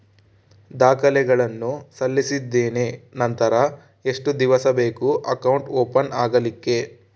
ದಾಖಲೆಗಳನ್ನು ಸಲ್ಲಿಸಿದ್ದೇನೆ ನಂತರ ಎಷ್ಟು ದಿವಸ ಬೇಕು ಅಕೌಂಟ್ ಓಪನ್ ಆಗಲಿಕ್ಕೆ?